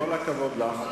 עם כל הכבוד לך,